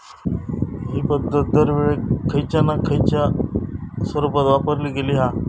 हि पध्दत दरवेळेक खयच्या ना खयच्या स्वरुपात वापरली गेली हा